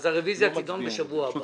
אז הרביזיה תידון בשבוע הבא.